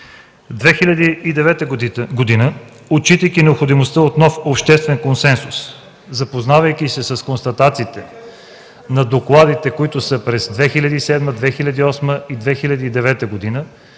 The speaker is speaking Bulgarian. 2009 г., отчитайки необходимостта от нов обществен консенсус, запознавайки се с констатациите на докладите през 2007-2008-2009 г.,